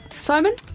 Simon